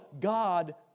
God